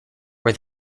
were